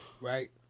right